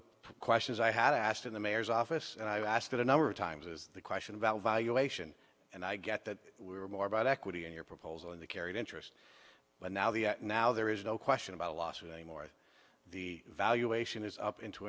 the questions i had asked in the mayor's office and i've asked it a number of times is the question about valuation and i get that we were more about equity in your proposal and the carried interest but now the now there is no question about a lawsuit anymore the valuation is up into